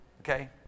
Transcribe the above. Okay